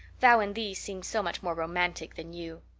thou and thee seem so much more romantic than you.